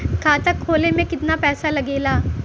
खाता खोले में कितना पैसा लगेला?